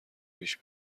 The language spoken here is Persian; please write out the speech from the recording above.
پیش